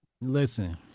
Listen